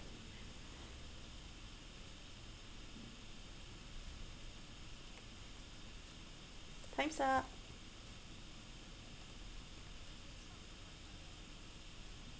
times up